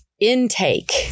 intake